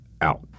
out